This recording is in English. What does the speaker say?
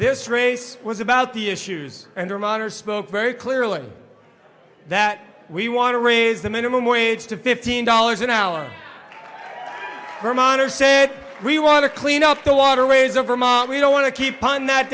this race was about the issues and their minor spoke very clearly that we want to raise the minimum wage to fifteen dollars an hour vermonter said we want to clean up the waterways of vermont we don't want to keep on that